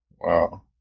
wow